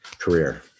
career